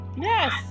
Yes